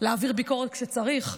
להעביר ביקורת כשצריך,